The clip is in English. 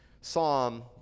psalm